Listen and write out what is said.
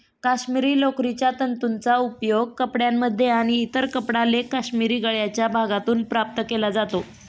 काश्मिरी लोकरीच्या तंतूंचा उपयोग कपड्यांमध्ये आणि इतर कपडा लेख काश्मिरी गळ्याच्या भागातून प्राप्त केला जातो